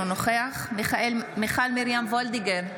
אינו נוכח מיכל מרים וולדיגר,